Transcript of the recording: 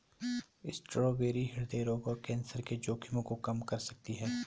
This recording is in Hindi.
स्ट्रॉबेरी हृदय रोग और कैंसर के जोखिम को कम कर सकती है